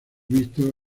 visto